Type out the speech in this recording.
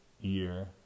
year